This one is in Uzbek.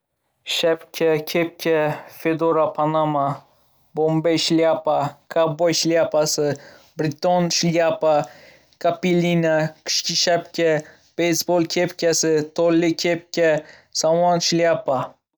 Shapka, kepka, fedora, panama, bo‘mbey shlyapa, kovboy shlyapasi, breton shlyapa, kapelina, qishki shapka, beysbol kepkasi, to‘rli kepka, somon shlyapa.